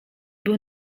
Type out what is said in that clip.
był